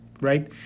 right